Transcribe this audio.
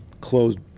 closed